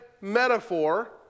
metaphor